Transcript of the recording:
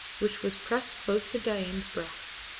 which was pressed close to dain's breast.